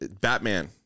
Batman